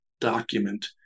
document